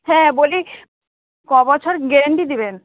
হ্যাঁ বলি ক বছর গ্যারান্টি দেবেন